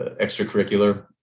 extracurricular